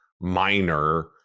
minor